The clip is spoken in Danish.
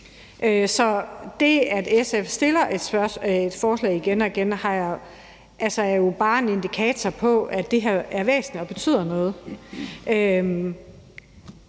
Så det, at SF fremsætter et forslag igen og igen, er jo bare en indikator for, at det her er væsentligt og betyder noget.